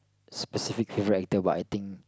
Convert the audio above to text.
specific favourite actor but I think